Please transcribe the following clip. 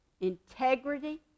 integrity